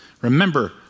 remember